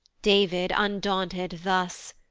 david undaunted thus,